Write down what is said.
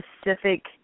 specific